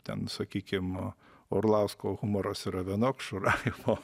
ten sakykim orlausko humoras yra vienoks šurajevo